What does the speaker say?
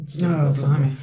No